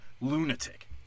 lunatic